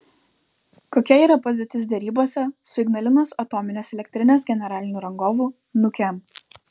kokia yra padėtis derybose su ignalinos atominės elektrinės generaliniu rangovu nukem